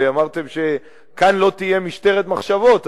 ואמרתם שכאן לא תהיה משטרת מחשבות.